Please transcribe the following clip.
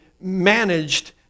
managed